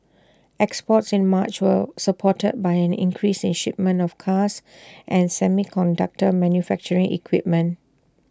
exports in March were supported by an increase in shipments of cars and semiconductor manufacturing equipment